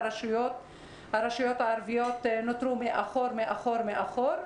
הרשויות הערביות נותרו מאחור, מאחור, מאחור.